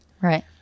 Right